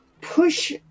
push